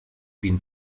been